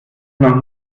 noch